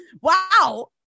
wow